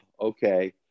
Okay